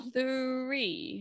Three